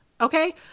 okay